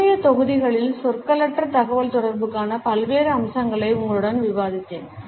முந்தைய தொகுதிகளில் சொற்களற்ற தகவல்தொடர்புக்கான பல்வேறு அம்சங்களை உங்களுடன் விவாதித்தேன்